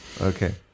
Okay